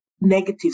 negative